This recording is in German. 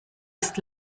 ist